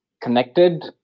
connected